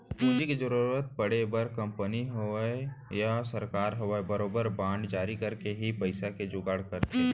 पूंजी के जरुरत पड़े म कंपनी होवय या सरकार होवय बरोबर बांड जारी करके ही पइसा के जुगाड़ करथे